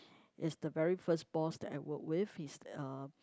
is the very first boss that I work with he's uh